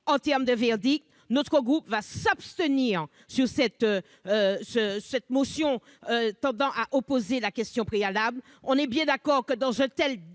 maintenant le verdict : notre groupe va s'abstenir sur cette motion tendant à opposer la question préalable. Nous sommes bien d'accord que, dans un tel